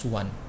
one